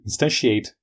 instantiate